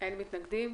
אין מתנגדים.